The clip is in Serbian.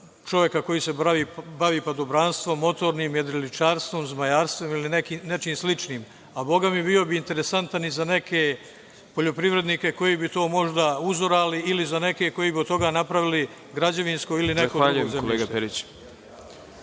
čoveka koji se bavi padobranstvom, motornim jedriličarstvom, zmajarstvom ili nečim sličnim. Bogami, bio bi interesantan i za neke poljoprivrednike koji bi to možda uzorali ili za neke koji bi od toga napravili građevinsko ili neko drugo zemljište.